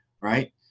Right